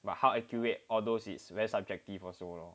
but how accurate all those it's very subjective also lor